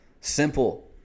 Simple